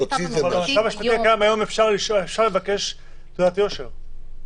אבל במצב המשפטי היום כן אפשר לבקש תעודת יושר.